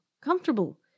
comfortable